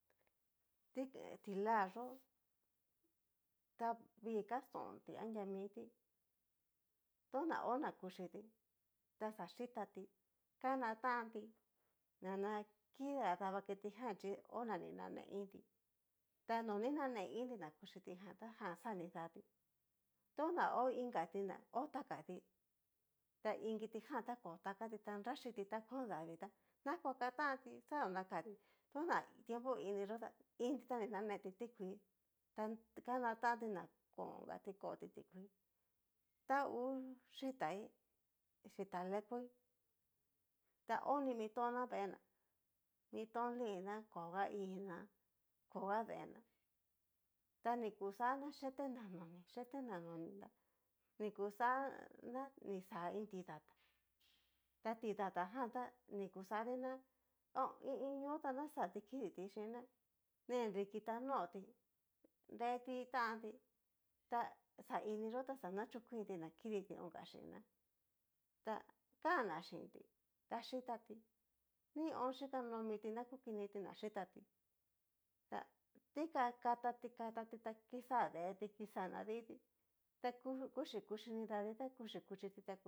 Ti'la yó ta vii kastonti anria mití tona ho na kuchiti ta xa yitati kana tantí, nana kiga dava kitijan chí ho na ni nane tantí, ta no ni nane iinti na kuchitijan ta jan xa nidatí, tona o inkatina ho takatí ta iin kitijan ta ko taxati ta nrachiti ta kón davii tá nakuaka tanti xa hónakati nona tiempo iniyó tá iin ti ta ni nanetí tikuii, ta kana tanti ná kongati koti tikuii ta hú xhitaí xhita lekoí, ta oni miton na vee na mitón lin'na koga hina koga deená, ta ni kuxana chetena noni chetena noni ta nikuxa na xá iin tidata ta tidatá jan tá nikuxati ná i iin ñó ta naxati, kiditi xhina nenriki ta nóti nreti tanti ta xaini yó ta xa nachokuinti na kiditi onka chin ná, ta kan ná xinti ta xhitatí nión xhikanó miti ná kukiniti na xhitatí tá dikan katattí katatí ta kixa deetí kixa naditi ta kuxhi kuxhinidati ta kuxhi kuchiti ta konti.